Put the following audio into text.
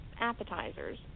appetizers